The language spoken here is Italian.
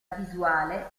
visuale